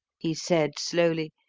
he said slowly,